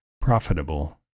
profitable